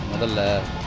the